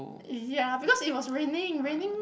ya because it was raining raining